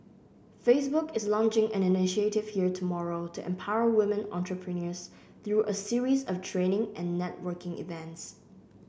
Facebook is launching an initiative here tomorrow to empower women entrepreneurs through a series of training and networking events